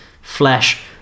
flesh